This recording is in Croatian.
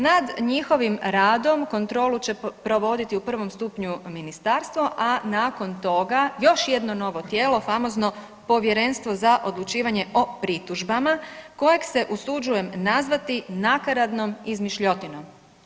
Nad njihovim radom kontrolu će provoditi u prvom stupnju ministarstvo, a nakon toga, još jedno novo tijelo, famozno Povjerenstvo za odlučivanje o pritužbama kojeg se usuđujem nazvati nakaradnom izmišljotinom.